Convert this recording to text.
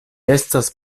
estas